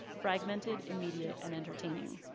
fragmented, immediate, and entertaining.